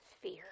fear